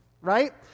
right